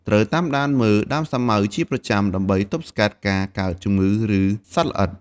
ត្រូវតាមដានមើលដើមសាវម៉ាវជាប្រចាំ ដើម្បីទប់ស្កាត់ការកើតជំងឺ ឬសត្វល្អិត។